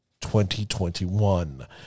2021